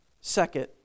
Second